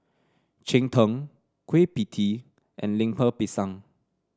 Cheng Tng Kueh Pie Tee and Lemper Pisang